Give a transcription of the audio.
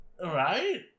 Right